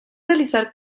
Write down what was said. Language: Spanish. realizar